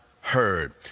heard